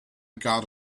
got